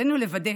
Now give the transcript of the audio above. עלינו לוודא